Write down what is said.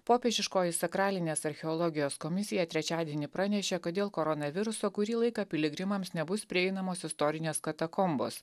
popiežiškoji sakralinės archeologijos komisija trečiadienį pranešė kad dėl koronaviruso kurį laiką piligrimams nebus prieinamos istorinės katakombos